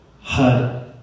HUD